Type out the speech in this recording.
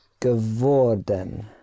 Geworden